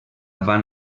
van